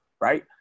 right